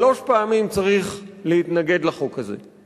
שלוש פעמים צריך להתנגד לחוק הזה.